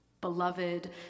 Beloved